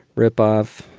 rip off.